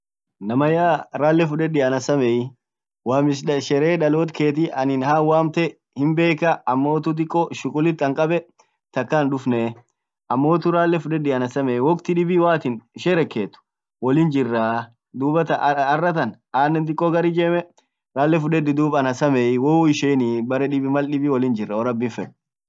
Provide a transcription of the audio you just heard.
namanyaa ralle fudedi anasamei wamich de shere dalot keti anin haawamte himbeka ammotu diko shughuli ankabe dakka hindufne ammotu ralle fudedi anasemei wokti dibi malatin shereket wollin jirra dub ar arratan dikko gar ijeme rale fudedi dub anasamei